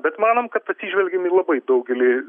bet manom kad atsižvelgėm į labai daugelį